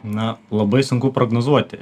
na labai sunku prognozuoti